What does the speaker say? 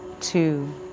two